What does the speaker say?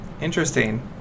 Interesting